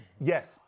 Yes